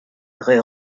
rue